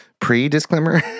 Pre-disclaimer